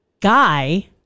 guy